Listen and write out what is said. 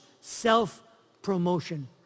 self-promotion